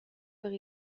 per